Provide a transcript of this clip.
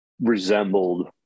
resembled